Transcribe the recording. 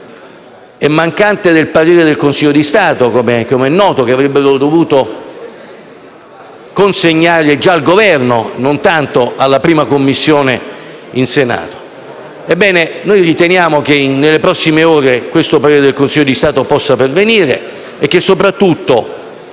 è mancante del parere del Consiglio di Stato che - come è noto - avrebbero dovuto consegnare già al Governo, e non solo alla 1a Commissione del Senato. Ebbene, noi riteniamo che nelle prossime ore il parere del Consiglio di Stato possa pervenire e che, soprattutto,